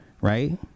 right